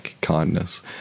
kindness